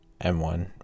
M1